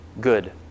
good